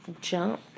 jump